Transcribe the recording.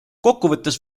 kokkuvõttes